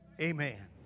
amen